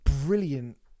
brilliant